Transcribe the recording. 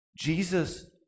Jesus